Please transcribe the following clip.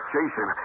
Jason